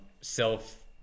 self